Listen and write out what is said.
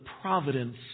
providence